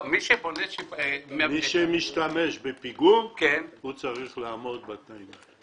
מי שמשתמש בפיגום צריך לעמוד בתנאים האלה.